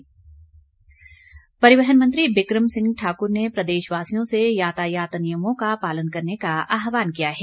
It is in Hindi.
विक्रम ठाकूर परिवहन मंत्री विक्रम सिंह ठाकुर ने प्रदेशवासियों से यातायात नियमों का पालन करने का आहवान किया है